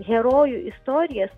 herojų istorijas